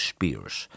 Spears